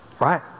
Right